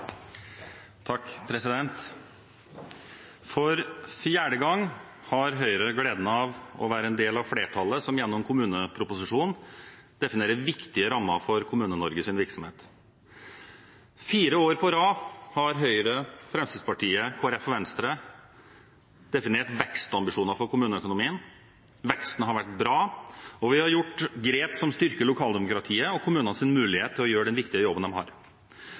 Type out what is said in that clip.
For fjerde gang har Høyre gleden av å være en del av flertallet som gjennom kommuneproposisjonen definerer viktige rammer for Kommune-Norges virksomhet. I fire år på rad har Høyre, Fremskrittspartiet, Kristelig Folkeparti og Venstre definert vekstambisjoner for kommuneøkonomien. Veksten har vært bra, og vi har tatt grep som styrker lokaldemokratiet og kommunenes mulighet til å gjøre den viktige jobben de har.